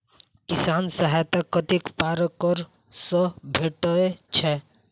किसान सहायता कतेक पारकर सऽ भेटय छै?